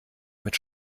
mit